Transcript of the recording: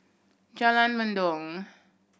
Jalan Mendong